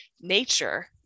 nature